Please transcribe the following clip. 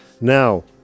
Now